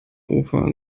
ufer